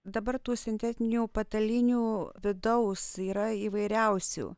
dabar tų sintetinių patalinių vidaus yra įvairiausių